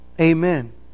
Amen